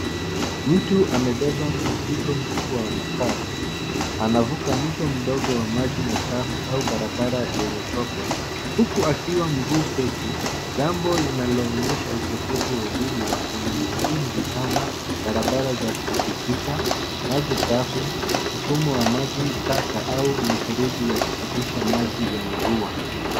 Mtu amebeba mzigo mkubwa wa makaa anavuka mto mdogo wa maji machafu au barabara yenye tope huku akiwa mguu pegu, jambo linaloonyesha ukosefu wa huduma za msingi kama barabara za kupitika , maji safi mfumo wa maji taka au mifreji ya kupitisha maji ya mvua.